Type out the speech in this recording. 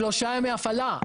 שלושה ימי הפעלה,